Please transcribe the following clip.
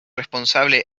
responsable